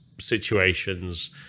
situations